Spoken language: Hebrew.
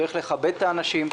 צריך לכבד את האנשים.